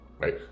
right